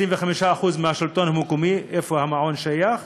25% מהשלטון המקומי, היכן שהמעון נמצא.